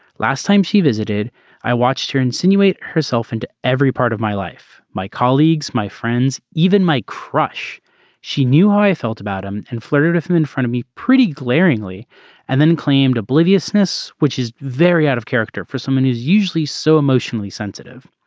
last time she visited i watched her insinuate herself into every part of my life. my colleagues my friends even my crush she knew how i felt about him and flirted with him in front of me pretty glaringly and then claimed obliviousness which is very out of character for someone who's usually so emotionally sensitive.